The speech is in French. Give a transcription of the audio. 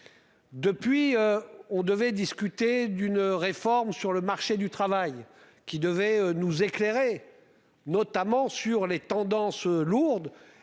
Depuis on devait discuter d'une réforme sur le marché du travail qui devait nous éclairer. Notamment sur les tendances lourdes